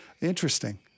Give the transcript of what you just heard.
Interesting